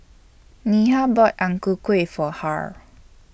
Neha bought Ang Ku Kueh For Harl